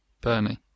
Bernie